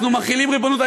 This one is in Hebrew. אנחנו מחילים ריבונות,